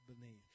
beneath